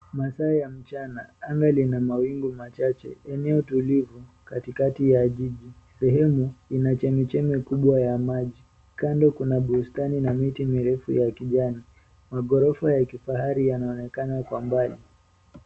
Masaa ya mchana, anga lina mawingu machache. Eneo tulivu katikati ya jiji. Sehemu ina chemchemi kubwa ya maji. Kando kina bustani na miti mirefu ya kijani. Maghorofa ya kijani yanaonekana kwa mbali.